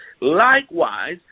Likewise